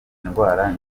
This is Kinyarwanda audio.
indwara